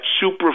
super